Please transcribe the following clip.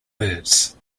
birds